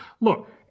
Look